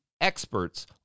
experts